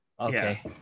okay